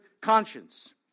conscience